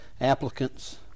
applicants